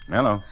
Hello